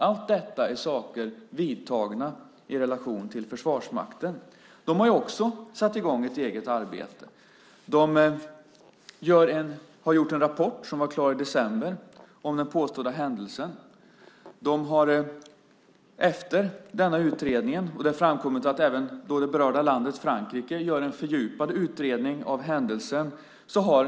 Allt detta är saker vidtagna i relation till Försvarsmakten. Försvarsmakten har också satt i gång ett eget arbete. Försvarsmakten lade fram en rapport i december om den påstådda händelsen. Efter denna utredning har det framkommit att det berörda landet Frankrike gör en fördjupad utredning av händelsen.